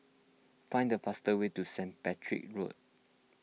find the fastest way to St Patrick's Road